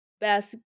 best